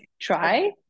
try